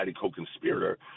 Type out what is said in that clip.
co-conspirator